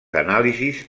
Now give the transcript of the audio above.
anàlisis